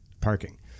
parking